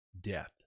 death